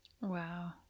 Wow